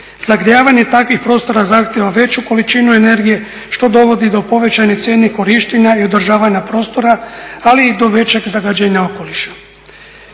Zagrijavanje takvih prostora zahtijeva veću količinu energije što dovodi do povećane cijene korištenja i održavanja prostora, ali i do većeg zagađenja okoliša.